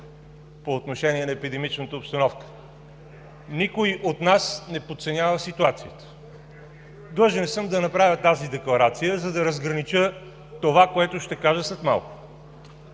по отношение на епидемичната обстановка. Никой от нас не подценява ситуацията. Длъжен съм да направя тази декларация, за да разгранича това, което ще кажа след малко.